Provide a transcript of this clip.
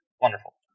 Wonderful